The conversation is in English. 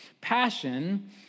Passion